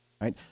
right